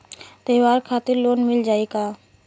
त्योहार खातिर लोन मिल जाई का?